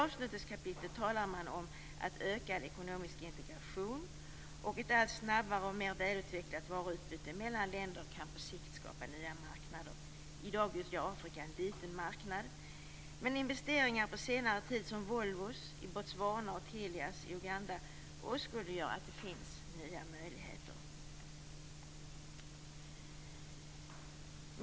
I avslutningskapitlet talar man om ökad ekonomisk integration och att ett allt snabbare och mer välutvecklat varuutbyte mellan länder på sikt kan skapa nya marknader. I dag utgör Afrika en liten marknad, men investeringar på senare tid, som Volvos i Botswana och Telias i Uganda, åskådliggör att det finns nya möjligheter.